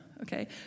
okay